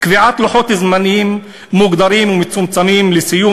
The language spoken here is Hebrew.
בקביעת לוחות זמנים מוגדרים ומצומצמים לסיום